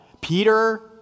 Peter